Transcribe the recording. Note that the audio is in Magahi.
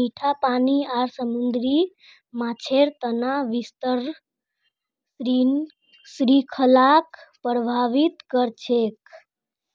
मीठा पानी आर समुद्री माछेर तना विस्तृत श्रृंखलाक प्रभावित कर छेक